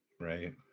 Right